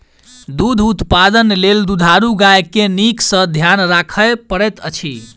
दूध उत्पादन लेल दुधारू गाय के नीक सॅ ध्यान राखय पड़ैत अछि